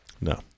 No